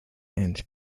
and